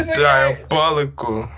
diabolical